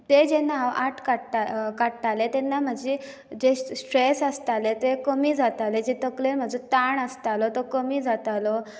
तें जेन्ना हांव आर्ट काडटालें तेन्ना म्हजें जे स्ट्रेस आसतालें ते कमी जाताले जे तकलेंत म्हजो ताण आसतालो तो कमी जातालो